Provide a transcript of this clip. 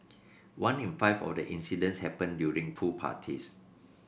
one in five of the incidents happened during pool parties